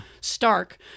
stark